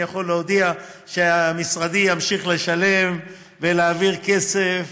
אני יכול להודיע שמשרדי ימשיך לשלם ולהעביר כסף,